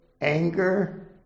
anger